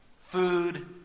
food